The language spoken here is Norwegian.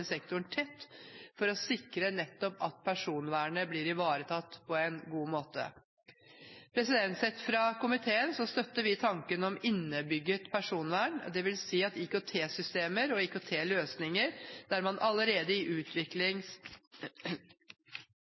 sektoren tett nettopp for å sikre at personvernet blir ivaretatt på en god måte. Fra komiteens side støtter vi tanken om «innebygd personvern», dvs. IKT-systemer og IKT-løsninger der man allerede i utviklings-